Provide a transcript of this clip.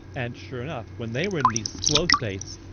and sure enough, when they were in these flow states,